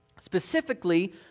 specifically